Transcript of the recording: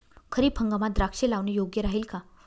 खरीप हंगामात द्राक्षे लावणे योग्य राहिल का?